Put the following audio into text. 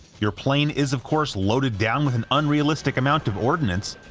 your plane is of course loaded-down with an unrealistic amount of ordinance,